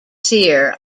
cere